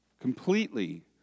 completely